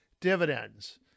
dividends